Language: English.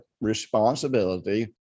responsibility